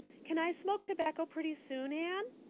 can i smoke tobacco pretty soon, anne?